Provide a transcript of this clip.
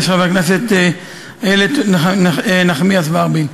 של חברת הכנסת איילת נחמיאס ורבין.